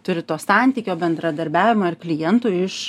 turi to santykio bendradarbiavimą ir klientų iš